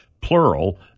plural